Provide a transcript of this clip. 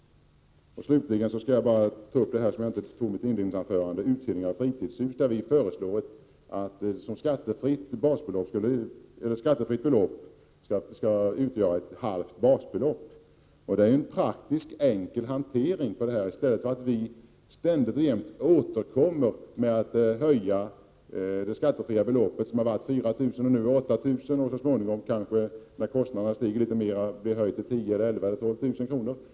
Slutligen vill jag ta upp frågan om uthyrning av fritidshus. Vi föreslår att det skattefria beloppet skall utgöra ett halvt basbelopp. Det är en praktisk och enkel hantering i stället för att man ständigt och jämt skall återkomma med höjning av det skattefria beloppet, som varit 4 000 kr., som nu blir 8 000 kr. och som kanske så småningom, när kostnaderna stiger, blir höjt till 10 000, 11 000 eller 12 000 kr.